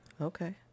Okay